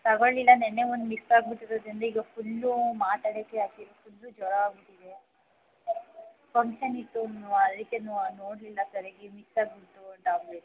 ತೊಗೊಳ್ಲಿಲ್ಲ ನಿನ್ನೆ ಒಂದು ಮಿಸ್ ಆಗ್ಬಿಟ್ಟಿದೆ ಫುಲ್ಲೂ ಮಾತಾಡೋಕೆ ಆಗ್ತಿಲ್ಲ ಫುಲ್ಲು ಜ್ವರ ಆಗ್ಬಿಟ್ಟಿದೆ ಫಂಕ್ಷನ್ ಇತ್ತು ಅದಕ್ಕೆ ನೋಡಲಿಲ್ಲ ಸರ್ಯಾಗಿ ಮಿಸ್ ಆಗ್ಬಿಡ್ತು ಟಾಬ್ಲೇಟು